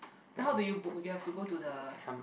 then how do you book you have to go to the